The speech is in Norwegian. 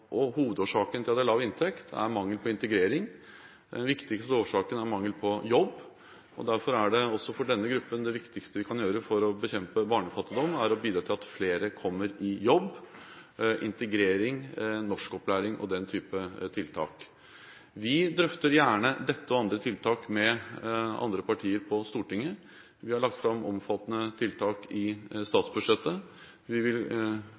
Hovedårsaken til at de har lav inntekt, er mangel på integrering. Den viktigste årsaken er mangel på jobb. Derfor er det også for denne gruppen det viktigste vi kan gjøre for å bekjempe barnefattigdom, å bidra til at flere kommer i jobb gjennom integrering, norskopplæring og den type tiltak. Vi drøfter gjerne dette og andre tiltak med andre partier på Stortinget. Vi har lagt fram omfattende tiltak i statsbudsjettet. Vi vil